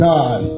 God